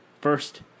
First